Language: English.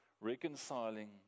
reconciling